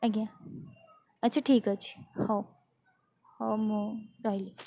ଆଜ୍ଞା ଆଚ୍ଛା ଠିକ୍ ଅଛି ହଉ ହଉ ମୁଁ ରହିଲି